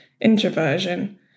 introversion